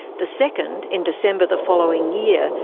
the second, in december the following year,